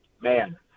Man